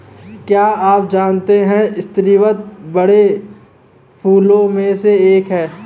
क्या आप जानते है स्रीवत बड़े फूलों में से एक है